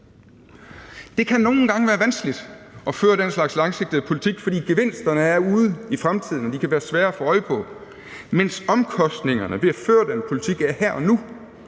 Det kan nogle gange være vanskeligt at føre den slags langsigtede politik, for gevinsterne er ude i fremtiden, og de kan være svære at få øje på, mens omkostningerne ved at føre den politik er her og nu.